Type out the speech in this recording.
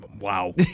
Wow